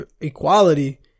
equality